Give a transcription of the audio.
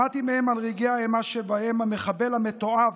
שמעתי מהם על רגעי האימה שבהם המחבל המתועב,